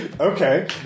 Okay